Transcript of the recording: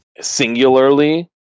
Singularly